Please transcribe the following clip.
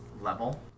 level